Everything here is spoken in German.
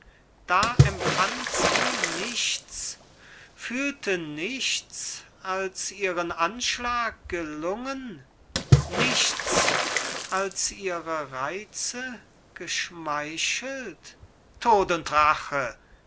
da empfand sie nichts fühlte nichts als ihren anschlag gelungen nichts als ihre reize geschmeichelt tod und rache